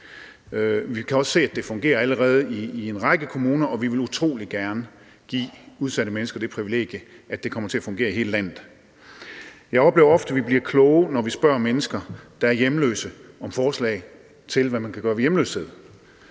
Vi kan se, at det allerede fungerer i en række kommuner, og vi vil utrolig gerne give udsatte mennesker det privilegie, at det kommer til at fungere i hele landet. Jeg oplever ofte, at vi bliver kloge, når vi beder mennesker, der er hjemløse, om forslag til, hvad man kan gøre ved hjemløshed.